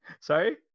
Sorry